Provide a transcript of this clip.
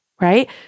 right